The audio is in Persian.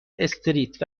استریت